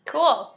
Cool